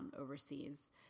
overseas